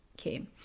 Okay